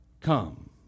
Come